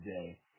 today